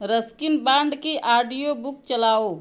Ruskin Bond की audiobook चलाओ